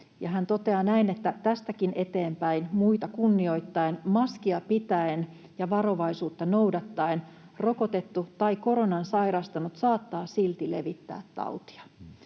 hän toteaa näin: ”Tästäkin eteenpäin muita kunnioittaen, maskia pitäen ja varovaisuutta noudattaen; rokotettu tai koronan sairastanut saattaa silti levittää tautia.”